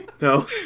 No